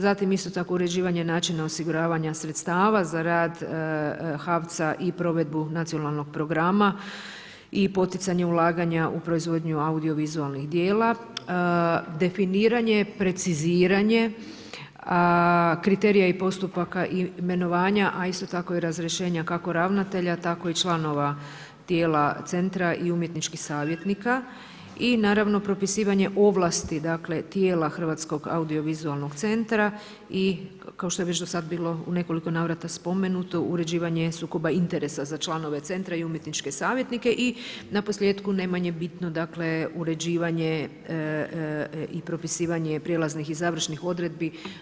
Zatim isto tako uređivanje načina osiguravanja sredstava za rad HAVC-a i provedbu nacionalnog programa i poticanje ulaganja u proizvodnju audiovizualnih djela, definiranje, preciziranje kriterija i postupaka imenovanja, a isto tako i razrješenje kako ravnatelja, tako i članova tijela centra i umjetničkih savjetnika i naravno propisivanje ovlasti tijela Hrvatskog audiovizualnog centra i kao što je bilo do sad bilo u nekoliko navrata spomenuto, uređivanje sukoba interesa za članove centra i umjetničke savjetnike i naposljetku, ne manje bitno, uređivanje i propisivanje prijelaznih i završnih odredbi.